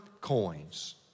coins